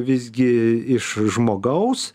visgi iš žmogaus